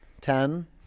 ten